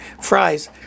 fries